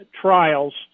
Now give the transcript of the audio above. trials